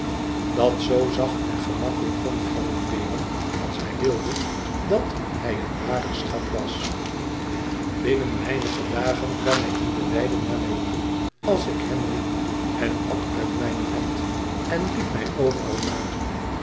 dat zoo zacht en gemakkelijk kon galoppeeren als hij wilde dat hij een ware schat was binnen weinige dagen kwam hij in de weide naar mij toe als ik hem riep en at uit mijne hand en liep mij overal na